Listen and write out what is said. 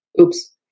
Oops